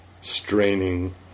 straining